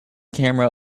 camera